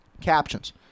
captions